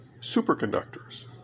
superconductors